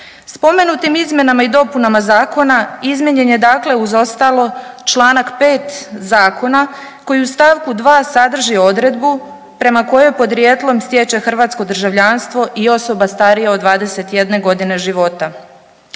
Spomenutim izmjenama i dopunama zakona izmijenjen je dakle uz ostalo čl. 5. zakona koji u st. 2. sadrži odredbu prema kojoj podrijetlom stječe hrvatsko državljanstvo i osoba starija od 21.g. života,